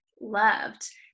loved